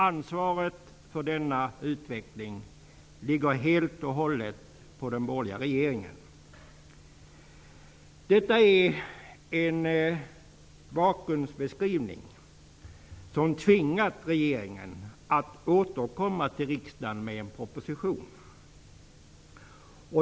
Ansvaret för denna utveckling ligger helt och hållet på den borgerliga regeringen. Detta är en bakgrundsbeskrivning som tvingat regeringen att återkomma till riksdagen med en proposition.